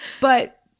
But-